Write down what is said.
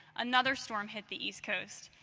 another storm hit the east coast.